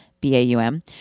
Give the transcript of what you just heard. B-A-U-M